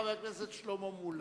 חבר הכנסת שלמה מולה.